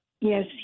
yes